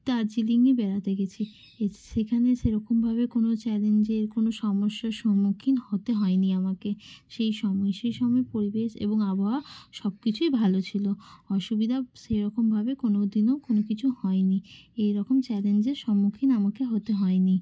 দার্জিলিঙে বেড়াতে গেছি সেখানে সেরকমভাবে কোনো চ্যালেঞ্জের কোনো সমস্যার সম্মুখীন হতে হয়নি আমাকে সেই সময়ে সেই সময়ে পরিবেশ এবং আবহাওয়া সব কিছুই ভালো ছিল অসুবিধা সেরকমভাবে কোনো দিনও কোনো কিছু হয়নি এইরকম চ্যালেঞ্জের সম্মুখীন আমাকে হতে হয়নি